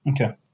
Okay